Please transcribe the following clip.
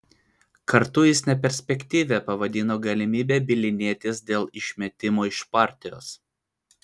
kartu jis neperspektyvia pavadino galimybę bylinėtis dėl išmetimo iš partijos